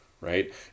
right